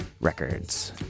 Records